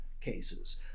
cases